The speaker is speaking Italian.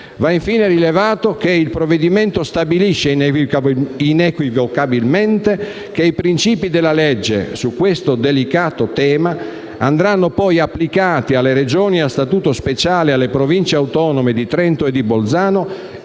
Va infine rilevato che il provvedimento stabilisce inequivocabilmente che i principi della legge su questo delicato tema andranno poi applicati alle Regioni a Statuto speciale e alle Province autonome di Trento e di Bolzano